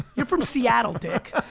you're from seattle dick.